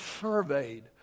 surveyed